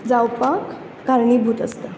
जावपाक कारणीभूत आसता